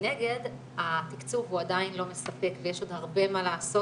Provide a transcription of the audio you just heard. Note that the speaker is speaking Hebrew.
מנגד התקצוב הוא עדיין לא מספק ויש עוד הרבה מה לעשות,